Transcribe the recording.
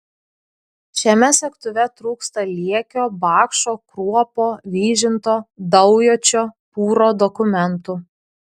šiame segtuve trūksta liekio bakšo kruopo vyžinto daujočio pūro dokumentų